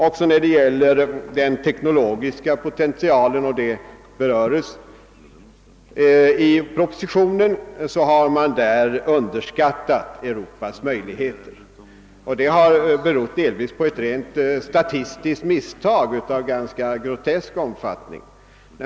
Också vad beträffar den teknologiska potentialen som berörs i propositionen har man underskattat Europas möjligheter. Det har delvis berott på ett statistiskt misstag av ganska grotesk omfattning.